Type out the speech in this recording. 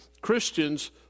Christians